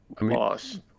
loss